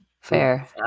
Fair